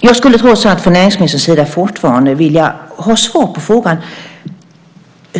Jag skulle trots allt vilja ha svar på en fråga från näringsministern.